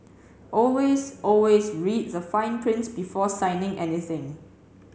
always always read the fine print before signing anything